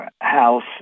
House